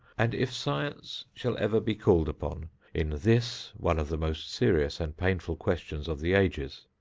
and if science shall ever be called upon in this, one of the most serious and painful questions of the ages,